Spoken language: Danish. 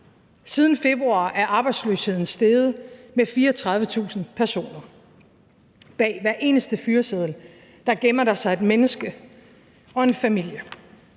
Siden februar er arbejdsløsheden steget med 34.000 personer. Bag hver eneste fyreseddel gemmer der sig et menneske og en familie.